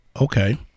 Okay